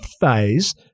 phase